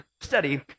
study